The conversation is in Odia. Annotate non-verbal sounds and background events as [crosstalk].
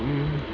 [unintelligible]